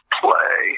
play